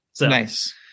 Nice